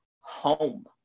home